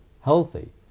healthy